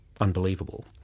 unbelievable